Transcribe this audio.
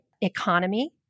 economy